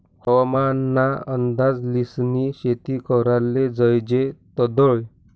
हवामान ना अंदाज ल्हिसनी शेती कराले जोयजे तदय